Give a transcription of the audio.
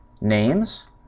names